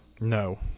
No